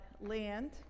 land